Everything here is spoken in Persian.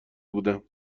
بودم